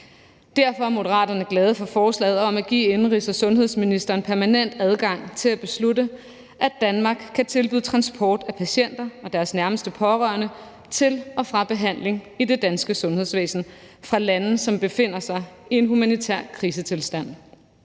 Derfor er Moderaterne glade for forslaget om at give indenrigs- og sundhedsministeren permanent adgang til at beslutte, at Danmark kan tilbyde transport af patienter og deres nærmeste pårørende til og fra behandling i det danske sundhedsvæsen fra lande, som befinder sig i en humanitær krisetilstand.